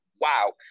wow